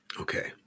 Okay